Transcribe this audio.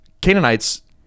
Canaanites